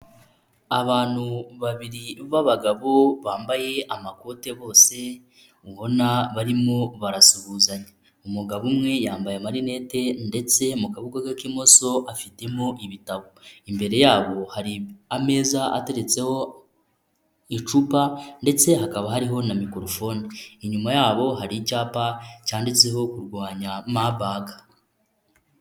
Abantu babiri b'abagabo bambaye amakote bose ubona barimo barasuhuzanya, umugabo umwe yambaye amarinete ye ndetse mu kaboko ke k'imoso afitemo ibitabo, imbere yabo hari ameza ateretseho icupa ndetse hakaba hariho na mikoropfone, inyuma yabo hari icyapa cyanditseho kurwanya mabaga.